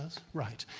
right.